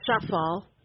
shuffle